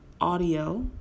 audio